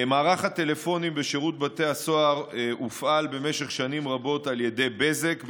מערך הטלפונים בשירות בתי הסוהר הופעל במשך שנים רבות על ידי בזק,